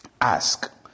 Ask